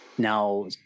now